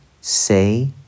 say